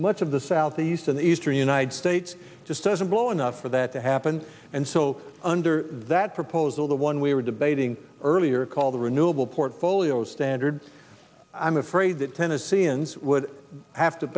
much of the southeast in the eastern united states just doesn't blow enough for that to happen and so under that proposal the one we were debating earlier called a renewable portfolio standard i'm afraid that tennesseans would have to